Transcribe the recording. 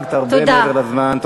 חרגת הרבה מעבר לזמן.